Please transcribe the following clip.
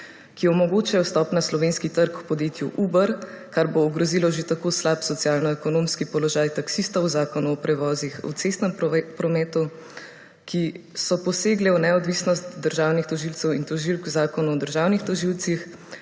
Ki omogočajo vstop na slovenski trg podjetju Uber, kar bo ogrozilo že tako slab socialno ekonomski položaj taksistov v Zakonu o prevozih v cestnem prometu, ki so posegle v neodvisnost državnih tožilcev in tožilk v Zakonu o državnih tožilcih.